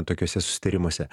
tokiuose susitarimuose